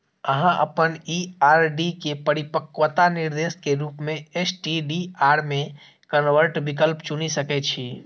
अहां अपन ई आर.डी के परिपक्वता निर्देश के रूप मे एस.टी.डी.आर मे कन्वर्ट विकल्प चुनि सकै छी